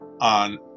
on